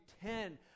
ten